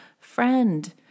Friend